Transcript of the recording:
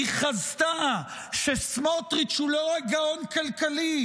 היא חזתה שסמוטריץ' הוא לא רק גאון כלכלי,